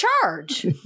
charge